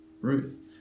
Ruth